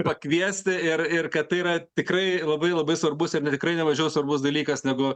pakviesti ir ir kad tai yra tikrai labai labai svarbus ir tikrai nemažiau svarbus dalykas negu